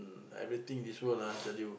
everything this world ah tell you